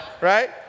right